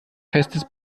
festes